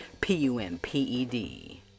P-U-M-P-E-D